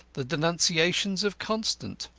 the denunciations of constant,